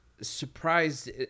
surprised